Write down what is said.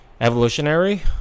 evolutionary